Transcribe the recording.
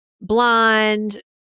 blonde